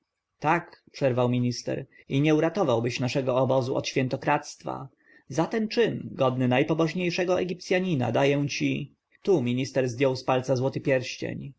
tak przerwał minister i nie uratowałbyś naszego obozu od świętokradztwa za ten czyn godny najpobożniejszego egipcjanina daję ci tu minister zdjął z palca złoty pierścień